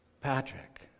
Patrick